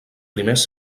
primers